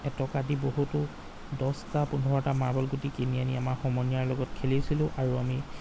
এটকা দি বহুতো দছটা পোন্ধৰটা মাৰ্বল গুটি কিনি আনি আমাৰ সমনীয়াৰ লগত খেলিছিলো আৰু আমি